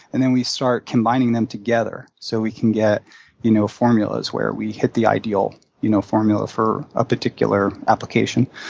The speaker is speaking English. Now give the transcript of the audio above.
and then we start combining them together so we can get you know formulas where we hit the ideal you know formula for a particular application.